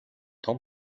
том